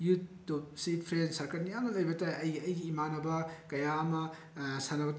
ꯌꯨꯇꯨꯞꯁꯤ friend circle ꯌꯥꯝꯅ ꯂꯩꯕ ꯇꯥꯏ ꯑꯩꯒꯤ ꯑꯩꯒꯤ ꯏꯃꯥꯟꯅꯕ ꯀꯌꯥ ꯑꯃ